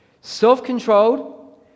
self-controlled